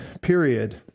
period